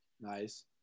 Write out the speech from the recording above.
Nice